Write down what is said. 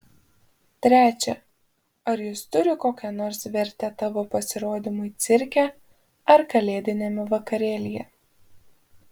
trečia ar jis turi kokią nors vertę tavo pasirodymui cirke ar kalėdiniame vakarėlyje